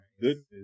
goodness